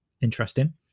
interesting